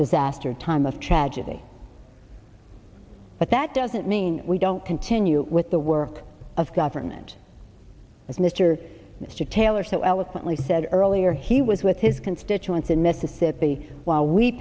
disaster time of tragedy but that doesn't mean we don't continue with the work of government with mr mr taylor so eloquently said earlier he was with his constituents in mississippi while we